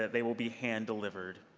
they will be hand-delivered.